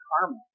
karma